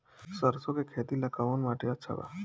सरसों के खेती ला कवन माटी अच्छा बा?